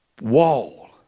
wall